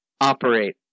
operate